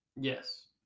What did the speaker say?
Yes